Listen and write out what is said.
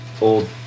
old